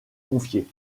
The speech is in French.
confié